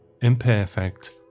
Imperfect